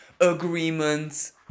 agreements